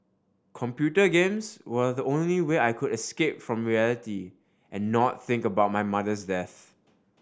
computer games were the only way I could escape from reality and not think about my mother's death